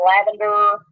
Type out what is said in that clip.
lavender